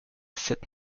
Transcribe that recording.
seth